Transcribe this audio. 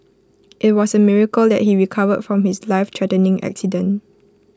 IT was A miracle that he recovered from his lifethreatening accident